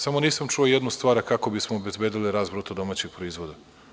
Samo nisam čuo jednu stvar - kako bismo obezbedili rast bruto domaćeg proizvoda.